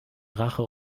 rache